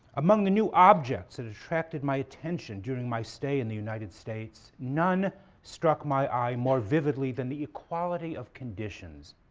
among the new objects that attracted my attention during my stay in the united states, none struck my eye more vividly than the equality of conditions.